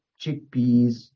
chickpeas